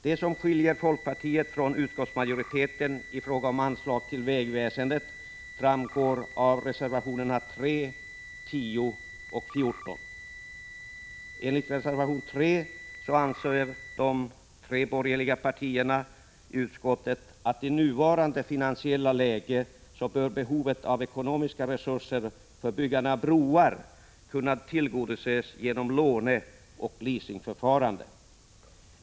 Det som skiljer folkpartiet från utskottsmajoritetens uppfattning i fråga Enligt reservation 3 anser de borgerliga partiernas representanter i utskottet att behovet av ekonomiska resurser för byggande av broar i nuvarande finansiella läge bör kunna tillgodoses genom låneoch leasingförfarande.